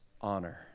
honor